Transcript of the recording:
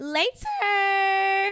Later